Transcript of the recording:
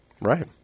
Right